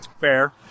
Fair